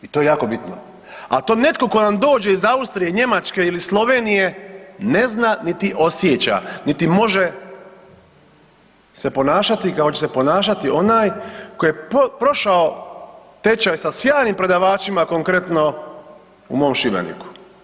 I to je jako bitno, a taj netko tko vam dođe iz Austrije, Njemačke ili Slovenije ne zna niti osjeća niti može se ponašati kako će se ponašati onaj tko je prošao tečaj sa sjajnim predavačima, konkretno, u mom Šibeniku.